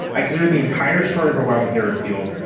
i do the entire. story of obamacare repeal,